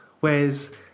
whereas